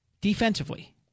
Defensively